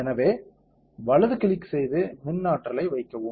எனவே வலது கிளிக் செய்து மின் ஆற்றலை வைக்கவும்